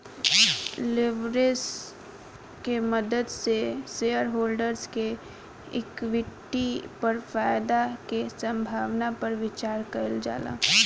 leverage के मदद से शेयरहोल्डर्स के इक्विटी पर फायदा के संभावना पर विचार कइल जाला